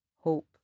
hope